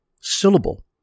syllable